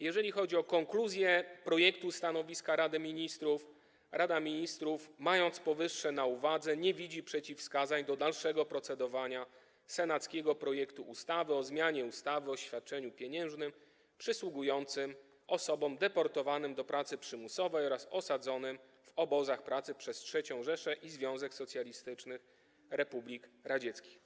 Jeżeli chodzi o konkluzję co do projektu, stanowisko Rady Ministrów, to Rada Ministrów, mając powyższe na uwadze, nie widzi przeciwwskazań do dalszego procedowania senackiego projektu ustawy o zmianie ustawy o świadczeniu pieniężnym przysługującym osobom deportowanym do pracy przymusowej oraz osadzonym w obozach pracy przez III Rzeszę i Związek Socjalistycznych Republik Radzieckich.